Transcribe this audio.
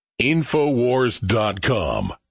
Infowars.com